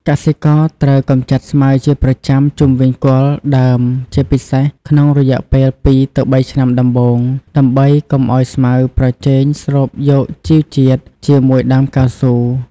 កសិករត្រូវកម្ចាត់ស្មៅជាប្រចាំជុំវិញគល់ដើម ជាពិសេសក្នុងរយៈពេល ២ ទៅ ៣ ឆ្នាំដំបូង ដើម្បីកុំឱ្យស្មៅប្រជែងស្រូបយកជីជាតិជាមួយដើមកៅស៊ូ។